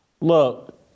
Look